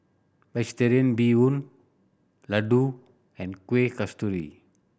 Vegetarian Bee Hoon laddu and Kuih Kasturi